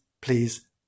please